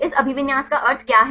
इस अभिविन्यास का अर्थ क्या है